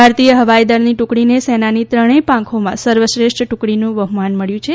ભારતીય હવાઇદળની ટુકડીને સેનાની ત્રણેય પાંખોમાં સર્વશ્રેષ્ઠ ટુકડીનું બહ્માન મબ્યું છે